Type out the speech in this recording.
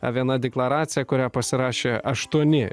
viena deklaracija kurią pasirašė aštuoni